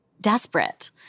desperate